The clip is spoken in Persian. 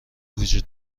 وجود